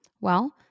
well-